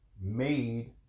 made